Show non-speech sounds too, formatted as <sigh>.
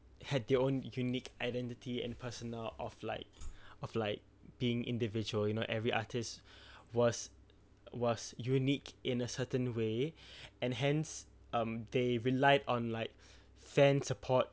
had their own unique identity and personal of like <breath> of like being individual you know every artist <breath> was was unique in a certain way <breath> and hence um they relied on like <breath> fan support